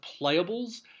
playables